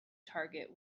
target